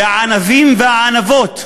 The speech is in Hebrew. והענווים והענוות,